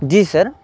جی سر